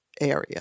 area